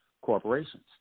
corporations